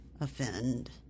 offend